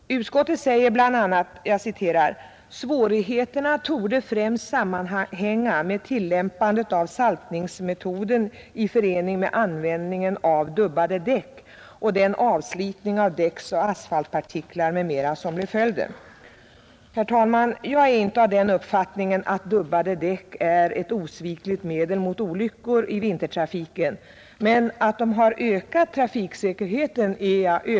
Utskottet anför bl.a.: ”Svårigheterna härvidlag torde främst sammanhänga med tillämpandet av saltningsmetoden i förening med användningen av dubbade däck och den avslitning av däcksoch asfaltpartiklar m.m., som blir följden därav.” Herr talman! Jag är inte av den uppfattningen att dubbade däck är ett osvikligt medel mot olyckor i vintertrafiken, men jag är övertygad om att de har ökat trafiksäkerheten.